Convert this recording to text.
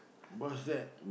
what's that